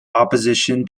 opposition